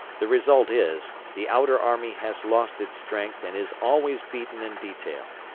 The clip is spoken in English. the result is, the outer army has lost its strength and is always beaten in detail.